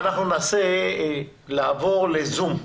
אנחנו ננסה לעבור ל-זום.